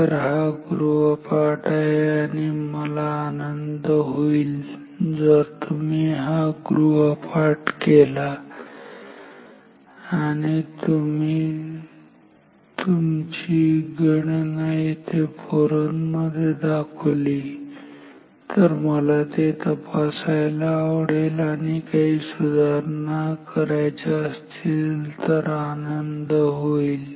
तर हा गृहपाठ आहे आणि मला आनंद होईल जर तुम्ही हा गृहपाठ केला आणि तुम्ही तुमची गणना येथे फोरम मध्ये दाखवली मला ते तपासायला आणि जर काही सुधारणा करायच्या असतील तर आनंद होईल